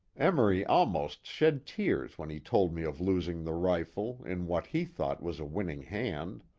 emory almost shed tears when he told me of losing the rifle in what he thought was a winning hand.